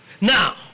Now